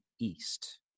east